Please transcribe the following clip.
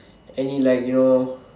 any like you know